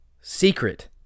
secret